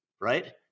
right